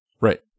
Right